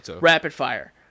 rapid-fire